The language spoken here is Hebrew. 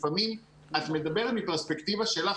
את מדברת מפרספקטיבה שלך.